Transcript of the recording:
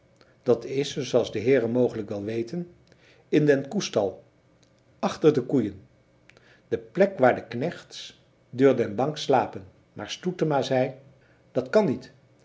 dat is zooals de heeren mogelijk wel weten in den koestal achter de koeien de plek waar de knechts deur den bank slapen maar stoetema zei dat kan niet